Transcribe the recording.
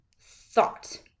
thought